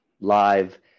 live